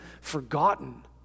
forgotten